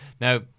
now